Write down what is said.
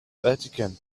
vatican